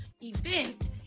event